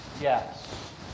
yes